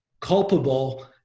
culpable